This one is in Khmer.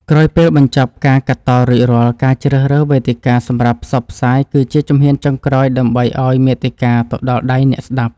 ក្រោយពេលបញ្ចប់ការកាត់តរួចរាល់ការជ្រើសរើសវេទិកាសម្រាប់ផ្សព្វផ្សាយគឺជាជំហានចុងក្រោយដើម្បីឱ្យមាតិកាទៅដល់ដៃអ្នកស្តាប់។